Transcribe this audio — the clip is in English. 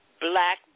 black